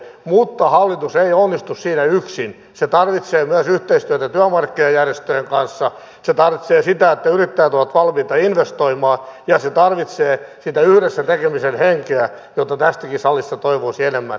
mutta hallitus ei onnistu siinä yksin se tarvitsee myös yhteistyötä työmarkkinajärjestöjen kanssa se tarvitsee sitä että yrittäjät ovat valmiita investoimaan ja se tarvitsee sitä yhdessä tekemisen henkeä jota tästäkin salista toivoisi enemmän löytyvän